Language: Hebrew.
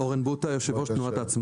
שלום, אני יו"ר תנועת העצמאיים.